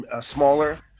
smaller